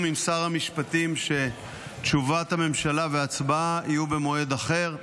עם שר המשפטים שתשובת הממשלה והצבעה יהיו במועד אחר,